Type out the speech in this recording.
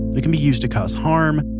it can be used to cause harm,